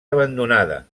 abandonada